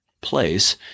place